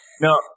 No